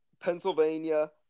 Pennsylvania